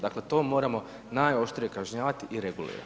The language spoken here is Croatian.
Dakle, to moramo najoštrije kažnjavati i regulirati.